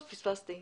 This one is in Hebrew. פספסתי.